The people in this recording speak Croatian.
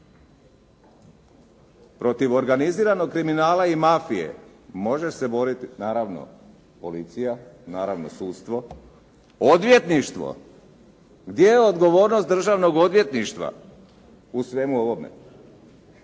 Protiv organiziranog kriminala i mafije može se boriti naravno policija, naravno sudstvo, odvjetništvo. Gdje je odgovornost državnog odvjetništva u svemu ovome?